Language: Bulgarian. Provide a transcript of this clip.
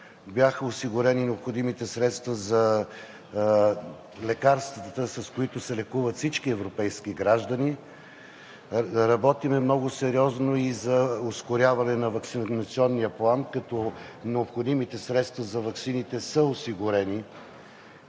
бяха осигурени необходимите средства за лекарствата, с които се лекуват всички европейски граждани, работим много сериозно и за ускоряване на Ваксинационния план, като необходимите средства за ваксините са осигурени